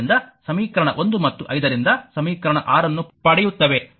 ಆದ್ದರಿಂದ ಸಮೀಕರಣ 1 ಮತ್ತು 5 ರಿಂದ ಸಮೀಕರಣ 6 ಅನ್ನು ಪಡೆಯುತ್ತವೆ